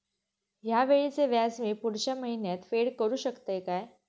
हया वेळीचे व्याज मी पुढच्या महिन्यात फेड करू शकतय काय?